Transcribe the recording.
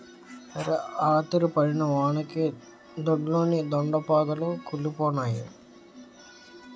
రేతిరి పడిన వానకి దొడ్లోని దొండ పాదులు కుల్లిపోనాయి